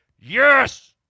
Yes